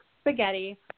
Spaghetti